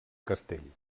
castell